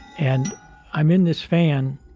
and i'm in this fan.